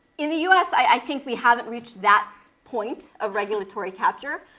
in the us, i think we haven't reached that point of regulatory capture.